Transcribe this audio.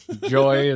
joy